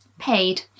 paid